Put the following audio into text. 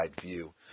view